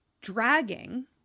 dragging